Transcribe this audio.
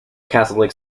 catholic